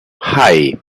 hei